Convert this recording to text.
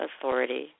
authority